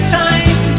time